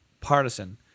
partisan